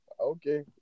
Okay